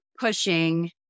pushing